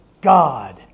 God